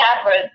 average